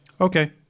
Okay